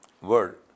word